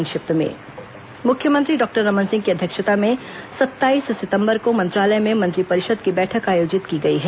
संक्षिप्त समाचार मुख्यमंत्री डॉक्टर रमन सिंह की अध्यक्षता में सत्ताईस सितम्बर को मंत्रालय में मंत्रिपरिषद की बैठक आयोजित की गई है